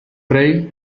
rey